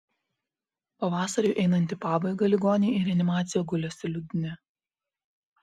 pavasariui einant į pabaigą ligoniai į reanimaciją gulėsi liūdni